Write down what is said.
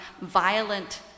violent